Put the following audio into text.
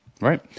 Right